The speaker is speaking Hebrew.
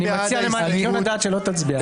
אני נותן חוות דעת שלא תצביע.